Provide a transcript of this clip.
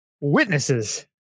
witnesses